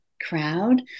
crowd